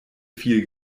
viel